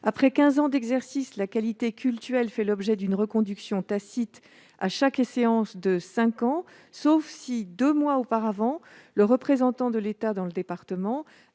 Après quinze ans d'existence, la qualité cultuelle fait l'objet d'une reconduction tacite à chaque échéance de cinq ans, sauf si, deux mois, auparavant, le représentant de l'État dans le département